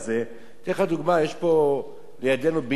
אני אתן לך דוגמה, יש לידנו בניין על עמודים,